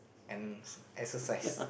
and exercise